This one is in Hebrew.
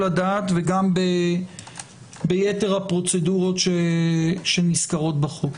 הדעת וגם ביתר הפרוצדורות שנזכרות בחוק.